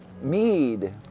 Mead